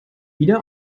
wieder